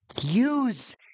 Use